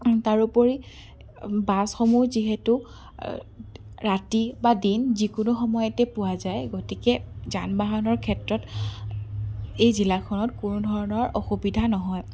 তাৰোপৰি বাছসমূহ যিহেতু ৰাতি বা দিন যিকোনো সময়তে পোৱা যায় গতিকে যান বাহনৰ ক্ষেত্ৰত এই জিলাখনত কোনোধৰণৰ অসুবিধা নহয়